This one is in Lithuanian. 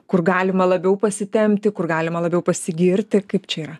kur galima labiau pasitempti kur galima labiau pasigirti kaip čia yra